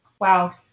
Wow